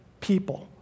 people